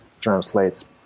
translates